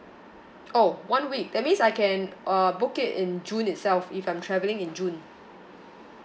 oh one week that means I can uh book it in june itself if I'm traveling in june